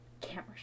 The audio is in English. camera